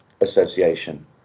association